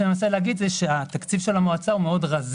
אני מנסה להגיד שהתקציב של המועצה קשה מאוד ויעיל.